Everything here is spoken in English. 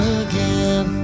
again